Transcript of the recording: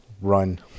Run